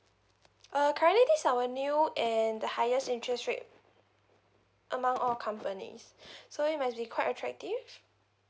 uh currently this is our new and the highest interest rate among all companies so it must be quite attractive